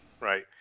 right